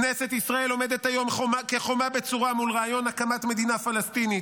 כנסת ישראל עומדת היום כחומה בצורה מול רעיון הקמת מדינה פלסטינית.